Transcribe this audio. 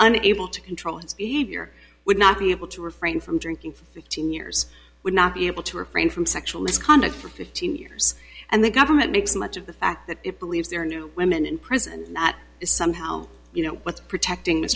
unable to control his behavior would not be able to refrain from drinking for fifteen years would not be able to refrain from sexual misconduct for fifteen years and the government makes much of the fact that it believes there are new women in prison and that somehow you know what's protecting